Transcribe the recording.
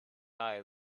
eyes